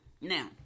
Now